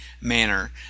manner